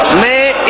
may